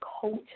culture